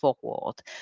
forward